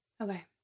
Okay